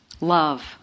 love